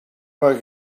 where